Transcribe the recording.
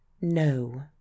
No